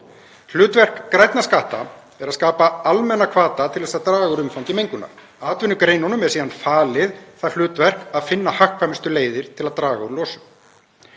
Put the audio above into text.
Hlutverk grænna skatta er að skapa almenna hvata til að draga úr umfangi mengunar. Atvinnugreinunum er síðan falið það hlutverk að finna hagkvæmustu leiðir til að draga úr losun.